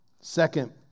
Second